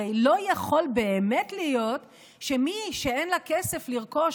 הרי לא יכול באמת להיות שמי שאין לה כסף לרכוש